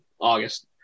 August